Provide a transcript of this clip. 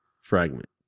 fragment